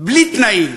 בלי תנאים.